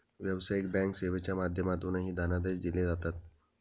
व्यावसायिक बँक सेवेच्या माध्यमातूनही धनादेश दिले जातात